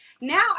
Now